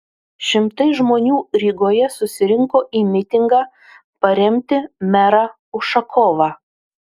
šimtai žmonių rygoje susirinko į mitingą paremti merą ušakovą